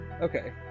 okay